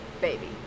baby